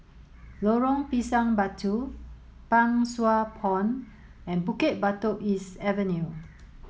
Lorong Pisang Batu Pang Sua Pond and Bukit Batok East Avenue